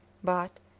but,